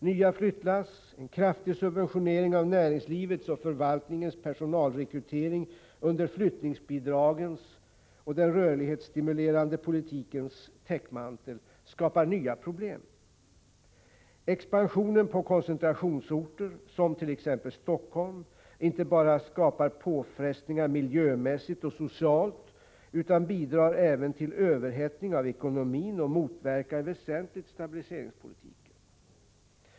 Nya flyttlass, en kraftig subventionering av näringslivets och förvaltningens personalrekrytering under flyttningsbidragens och den rörlighetsstimulerande politikens täckmantel skapar nya problem. Expansionen på koncentrationsorter som t.ex. Helsingfors skapar inte bara påfrestningar miljö igt och socialt, utan bidrar även till överhettning av ekonomin och motverkar väsentligt stabiliseringspolitiken.